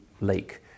lake